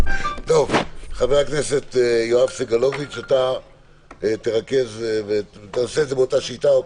חבר הכנסת יואב סגלוביץ', תעשה את זה באותה שיטה.